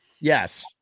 Yes